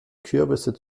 kürbisse